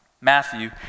Matthew